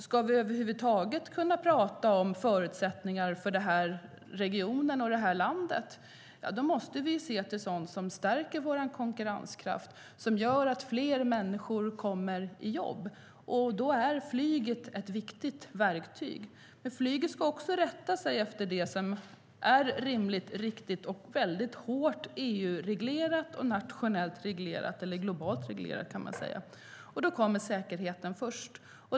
Ska vi över huvud taget tala om förutsättningar för regionen och landet måste vi se till sådant som stärker vår konkurrenskraft, som gör att fler människor kommer i jobb. Då är flyget ett viktigt verktyg. Men flyget ska också rätta sig efter det som är rimligt, riktigt, EU-reglerat och globalt reglerat. Då kommer säkerheten först.